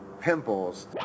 pimples